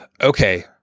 okay